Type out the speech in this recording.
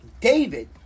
David